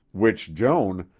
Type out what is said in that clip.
which joan,